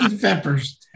Peppers